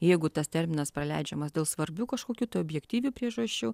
jeigu tas terminas praleidžiamas dėl svarbių kažkokių tai objektyvių priežasčių